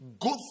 good